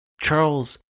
Charles